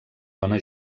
dona